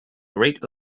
great